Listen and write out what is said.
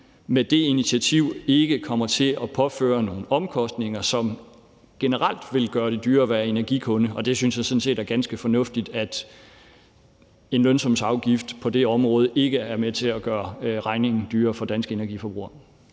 energiregninger, ikke kommer til at påføre nogle omkostninger, som generelt ville gøre det dyrere at være energikunde. Og jeg synes sådan set, det er ganske fornuftigt, at en lønsumsafgift på det område ikke er med til at gøre regningen højere for danske energiforbrugere.